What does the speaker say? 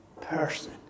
person